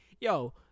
Yo